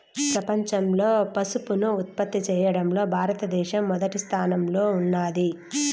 ప్రపంచంలో పసుపును ఉత్పత్తి చేయడంలో భారత దేశం మొదటి స్థానంలో ఉన్నాది